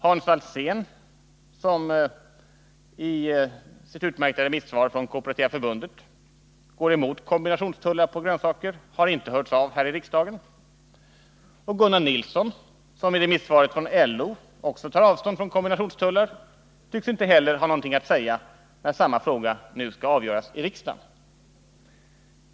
Hans Alsén, som i det utmärkta remissvaret från Kooperativa förbundet går emot kombinationstullar på grönsaker, har inte hörts av här i riksdagen. Gunnar Nilsson, som i remissvaret från LO också tar avstånd från kombinationstullar, tycks inte heller ha något att säga när samma fråga nu skall avgöras i riksdagen.